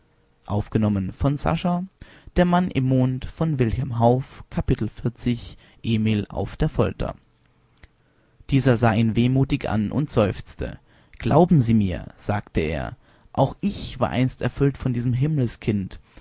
emil auf der folter dieser sah ihn wehmutig an und seufzte glauben sie mir sagte er auch ich war einst erfüllt von diesem